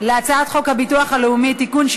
הביטוח הלאומי (תיקון,